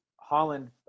Holland